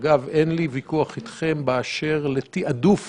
אגב, אין לי ויכוח אתכם באשר לתעדוף